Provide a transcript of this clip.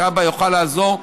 שהאבא יוכל לעזור.